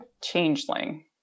changeling